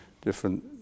different